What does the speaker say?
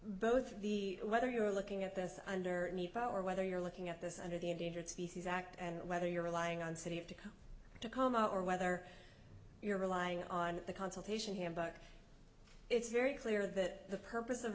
both the letter you are looking at this under any power whether you're looking at this under the endangered species act and whether you're relying on city have to tacoma or whether you're relying on the consultation him back it's very clear that the purpose of